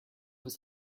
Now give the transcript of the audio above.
was